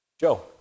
Joe